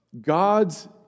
God's